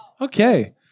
okay